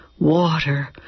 Water